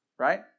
right